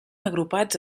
agrupats